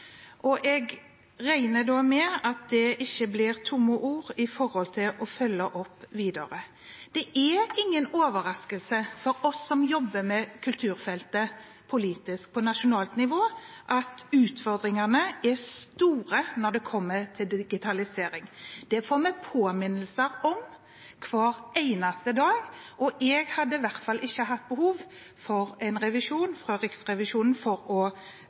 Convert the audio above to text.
jeg regner da med at det ikke blir tomme ord når det gjelder å følge opp videre. Det er ingen overraskelse for oss som jobber med kulturfeltet politisk og på nasjonalt nivå, at utfordringene er store når det kommer til digitalisering. Det får vi påminnelser om hver eneste dag, og jeg hadde i hvert fall ikke hatt behov for en revisjon fra Riksrevisjonen for å